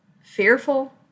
fearful